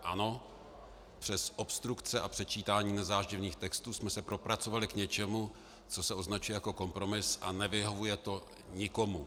Ano, přes obstrukce a předčítání nezáživných textů jsme se propracovali k něčemu, co se označuje jako kompromis a nevyhovuje to nikomu.